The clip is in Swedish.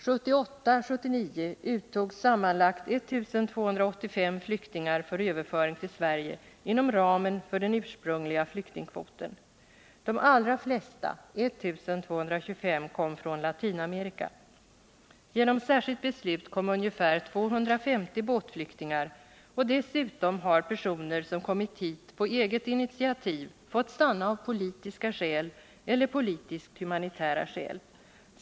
1978/79 uttogs sammanlagt 1 285 flyktingar för överföring till Sverige inom ramen för den ursprungliga flyktingkvoten. De allra flesta, 1 225, kom från Latinamerika. Genom särskilt beslut kom ungefär 250 båtflyktingar, och dessutom har personer som kommit hit på eget initiativ fått stanna av politiska skäl eller politiskt-humanitära skäl.